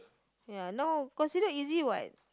ya no considered easy what